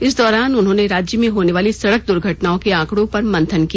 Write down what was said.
इस दौरान उन्होंने राज्य में होनेवाली सड़क दुर्घटनाओं के आंकड़ो पर मंथन किया